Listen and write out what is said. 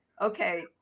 okay